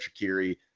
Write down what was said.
Shakiri